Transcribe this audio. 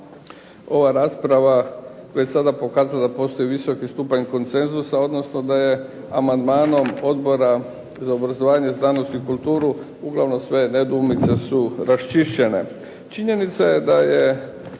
ova rasprava već sada pokazala da postoji visoki stupanj konsenzusa odnosno da je amandmanom Odbora za obrazovanje, znanost i kulturu uglavnom sve nedoumice su raščišćene. Činjenica je da je